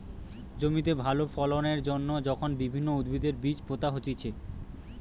জমিতে ভালো ফলন এর জন্যে যখন বিভিন্ন উদ্ভিদের বীজ পোতা হতিছে